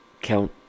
count